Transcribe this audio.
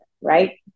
right